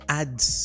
adds